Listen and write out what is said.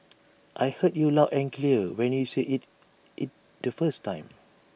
I heard you loud and clear when you said IT it the first time